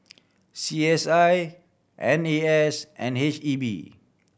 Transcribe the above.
C S I M E S and H E B